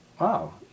wow